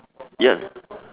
ya